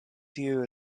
tiu